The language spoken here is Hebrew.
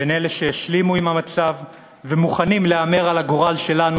בין אלה שהשלימו עם המצב ומוכנים להמר על הגורל שלנו,